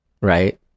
right